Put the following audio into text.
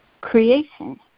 creation